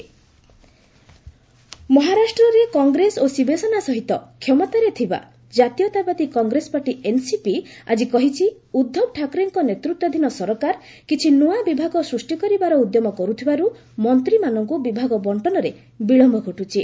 ମହା ଏନ୍ସିପି ମହାରାଷ୍ଟ୍ରରେ କଂଗ୍ରେସ ଓ ଶିବସେନା ସହିତ କ୍ଷମତାରେ ଥିବା ଜାତୀୟତାବାଦୀ କଂଗ୍ରେସ ପାର୍ଟି ଏନ୍ସିପି ଆଜି କହିଛି ଉଦ୍ଧବ ଠାକରେଙ୍କ ନେତୃତ୍ୱାଧୀନ ସରକାର କିଛି ନୂଆ ବିଭାଗ ସୃଷ୍ଟି କରିବାର ଉଦ୍ୟମ କରୁଥିବାରୁ ମନ୍ତ୍ରୀମାନଙ୍କୁ ବିଭାଗ ବଣ୍ଟନରେ ବିଳମ୍ଘ ଘଟୁଛି